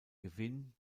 gewinn